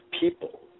people